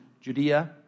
Judea